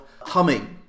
humming